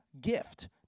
gift